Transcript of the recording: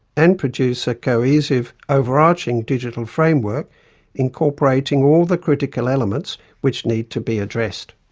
and produce a cohesive overarching digital framework incorporating all the critical elements which need to be addressed.